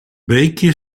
beekje